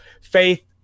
faith